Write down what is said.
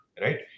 right